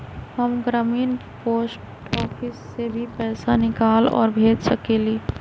हम ग्रामीण post office से भी पैसा निकाल और भेज सकेली?